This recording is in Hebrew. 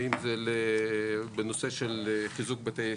ואם זה בנושא של חיזוק בתי ספר.